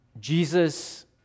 Jesus